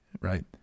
right